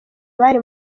bari